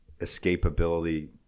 escapability